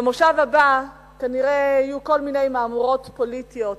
במושב הבא כנראה שיהיו כל מיני מהמורות פוליטיות,